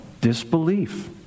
Disbelief